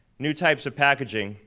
new types of packaging,